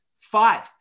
Five